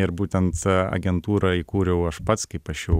ir būtent agentūrą įkūriau aš pats kaip aš jau